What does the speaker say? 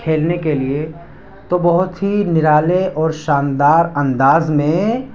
کھیلنے کے لیے تو بہت ہی نرالے اور شاندار انداز میں